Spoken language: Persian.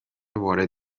وارد